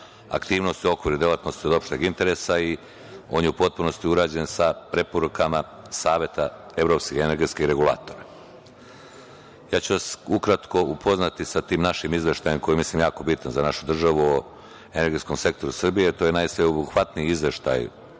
aktivnosti u okviru delatnosti od opšteg interesa. On je u potpunosti urađen sa preporukama Saveta Evropskih energetskih regulatora. Ukratko ću vas upoznati sa tim našim izveštajem koji je jako bitan za našu državu o energetskom sektoru Srbije. To je najsveobuhvatniji izveštaj